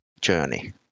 journey